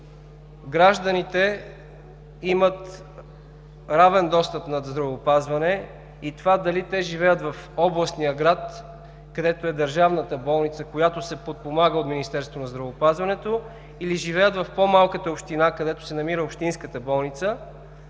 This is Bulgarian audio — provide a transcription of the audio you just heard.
гражданите имат равен достъп на здравеопазване и това дали те живеят в областния град, където е държавната болница, която се подпомага от Министерството на здравеопазването, или живеят в по-малката община, където се намира общинската болница,